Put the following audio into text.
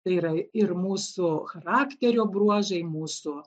tai yra ir mūsų charakterio bruožai mūsų